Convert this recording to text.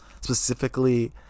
specifically